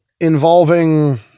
involving